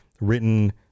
written